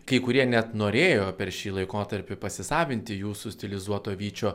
kai kurie net norėjo per šį laikotarpį pasisavinti jūsų stilizuoto vyčio